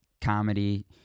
comedy